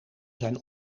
zijn